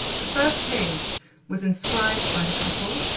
the first page was inscribed by the couple,